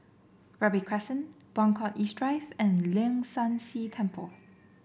Robey Crescent Buangkok East Drive and Leong San See Temple